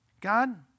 God